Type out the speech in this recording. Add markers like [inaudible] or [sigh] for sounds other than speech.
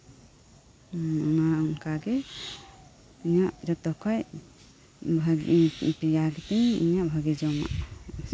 ᱚᱱᱟ ᱚᱱᱠᱟᱜᱮ ᱤᱧᱟᱜ ᱡᱷᱚᱛᱚ ᱠᱷᱚᱱ ᱵᱷᱟᱜᱮ [unintelligible] ᱛᱮᱭᱟᱨ ᱠᱟᱛᱮᱧ ᱤᱧᱟᱜ ᱵᱷᱟᱜᱮ ᱡᱚᱢᱟᱜ